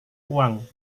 uang